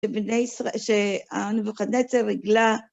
שבני ישראל, שנבוכדנצר הגלה